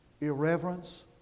irreverence